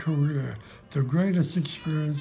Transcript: career the greatest experience